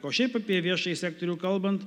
o šiaip apie viešąjį sektorių kalbant